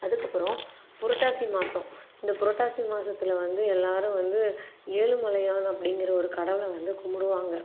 அதுக்கப்புறம் புரட்டாசி மாதம் இந்த புரட்டாசி மாதத்துல வந்து எல்லாரும் வந்து ஏழுமலையான் அப்படிங்கிற ஒரு கடவுளை வந்து கும்பிடுவாங்க